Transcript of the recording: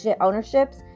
ownerships